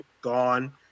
gone